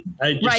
Right